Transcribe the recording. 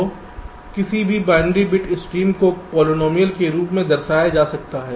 तो किसी भी बायनरी बिट स्ट्रीम को पॉलिनॉमियल के रूप में दर्शाया जा सकता है